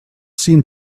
seemed